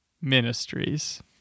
ministries